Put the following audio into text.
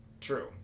True